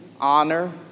honor